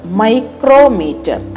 micrometer